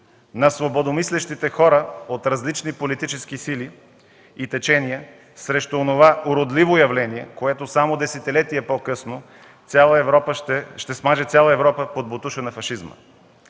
на свободомислещите хора от различни политически сили и течения срещу онова уродливо явление, което десетилетие по-късно ще смаже цяла Европа под ботуша на фашизма.